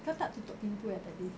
kau tak tutup pintu eh tadi